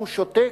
הוא שותק.